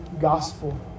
gospel